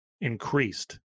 increased